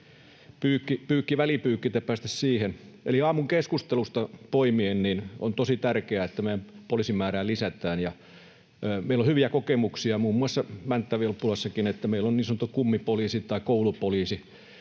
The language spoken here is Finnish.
välipyykki, että päästäisiin siihen. Eli aamun keskustelusta poimien on tosi tärkeää, että meidän poliisimäärää lisätään. Meillä on hyviä kokemuksia, muun muassa Mänttä-Vilppulassakin, että meillä on niin sanottu kummipoliisi tai koulupoliisi